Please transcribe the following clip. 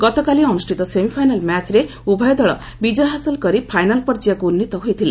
ଗତକାଲି ଅନୁଷ୍ଠିତ ସେମିଫାଇନାଲ୍ ମ୍ୟାଚ୍ରେ ଉଭୟ ଦଳ ବିଜୟ ହାସଲ କରି ଫାଇନାଲ୍ ପର୍ଯ୍ୟାୟକୁ ଉନ୍ନୀତ ହୋଇଥିଲେ